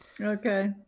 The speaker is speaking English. Okay